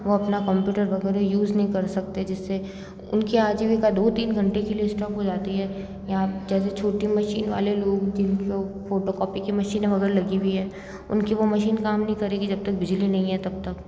वो अपना कंप्यूटर वगैरह यूज़ नहीं कर सकते जिससे उनकी आजीविका दो तीन घंटे के लिए स्टॉप हो जाती है या छोटी मशीन वाले लोग जिनके फोटोकॉपी की मशीन लगी हुई है उनकी वो मशीन काम नहीं करेगी जब तक बिजली नहीं है तब तक